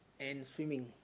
and swimming